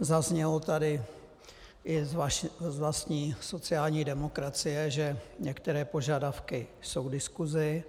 Zaznělo tady i z vlastní sociální demokracie, že některé požadavky jsou k diskusi.